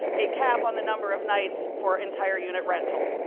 a cap on the number of nights for entire unit rental.